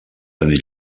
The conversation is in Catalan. tenir